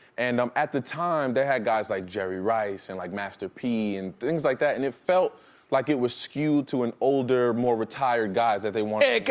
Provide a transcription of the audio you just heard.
and um at the time, they had guys like jerry rice and like master p and things like that, and it felt like it was skewed to an older, more retired guys that they wanted